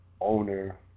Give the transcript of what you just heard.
owner